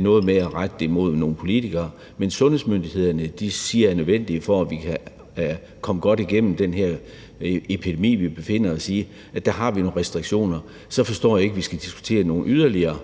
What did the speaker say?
noget med at rette det mod nogen politikere – siger er nødvendige for, at vi kan komme godt igennem den her epidemi, vi befinder os i, har nogle restriktioner. Så forstår jeg ikke, at vi skal diskutere nogle yderligere.